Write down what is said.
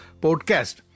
podcast